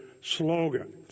slogan